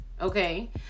okay